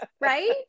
right